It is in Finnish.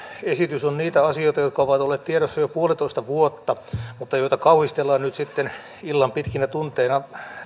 esitys on niitä asioita jotka ovat olleet tiedossa jo puolitoista vuotta mutta joita kauhistellaan nyt sitten illan pitkinä tunteina